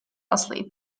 asleep